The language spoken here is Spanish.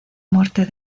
muerte